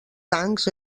tancs